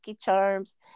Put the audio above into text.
charms